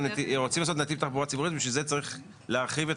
רוצים לעשות נתיב תחבורה ציבורית ובשביל זה צריך להרחיב את